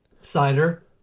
cider